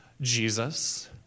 Jesus